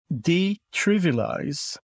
de-trivialize